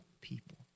people